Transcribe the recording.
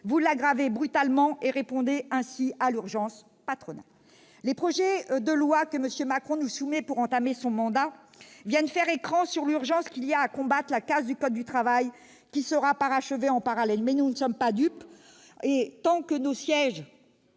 vous l'aggravez brutalement et répondez ainsi à l'urgence patronale ! Les projets de loi que M. Macron nous soumet pour entamer son mandat viennent faire écran par rapport à l'urgence qu'il y a à combattre la casse du code du travail, qui sera parachevée en parallèle. Toutefois, nous ne sommes pas dupes, et tant que nos sièges,